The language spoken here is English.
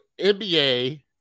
NBA